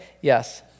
Yes